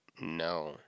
no